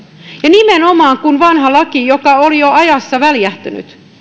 ja vanha laki joka oli jo ajassa väljähtynyt nimenomaan